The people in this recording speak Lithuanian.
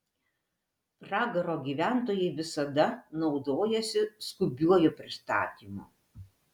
pragaro gyventojai visada naudojasi skubiuoju pristatymu